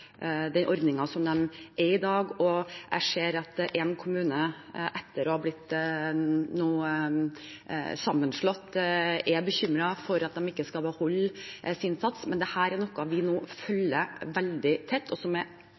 i dag. Jeg ser at det er en kommune som etter nå å ha blitt sammenslått, er bekymret for at de ikke skal beholde sin sats. Dette er noe vi nå følger veldig tett, og som jeg som distriktsminister er